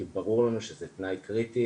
כי זה ברור לנו שזה תנאי קריטי